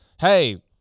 hey